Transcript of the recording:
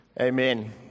Amen